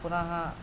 पुनः